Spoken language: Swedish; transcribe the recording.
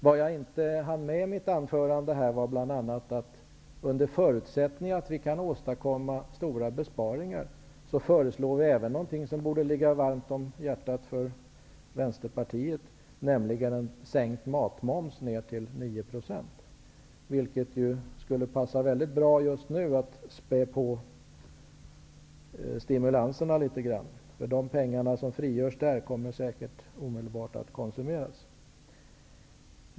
Vad jag i mitt anförande inte hann ta upp var bl.a. att under förutsättning att vi kan åtadkomma stora besparingar, föreslår vi även något som borde ligga varmt om hjärtat för Vänsterpartiet, nämligen sänkt matmoms ner till 9 %. Det skulle passa bra att just nu spä på stimulanserna litet grand, därför att de pengar som frigörs där kommer säkert att omedelbart konsumeras.